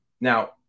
now